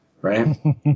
Right